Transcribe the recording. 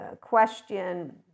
question